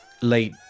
late